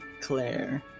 Claire